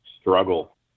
struggle